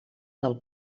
del